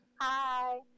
Hi